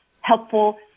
helpful